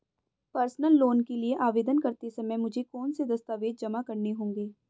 Personal loan के लिए आवेदन करते समय मुझे कौन से दस्तावेज़ जमा करने होंगे?